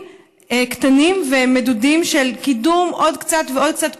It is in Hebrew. בצעדים קטנים ומדודים של קידום עוד קצת ועוד קצת פה,